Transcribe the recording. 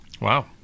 Wow